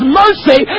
mercy